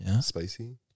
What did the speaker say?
spicy